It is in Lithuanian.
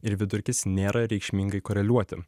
ir vidurkis nėra reikšmingai koreliuoti